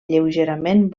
lleugerament